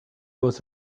was